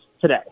today